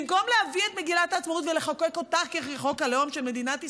במקום להביא את מגילת העצמאות ולחוקק אותה כחוק הלאום של מדינת ישראל,